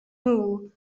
nhw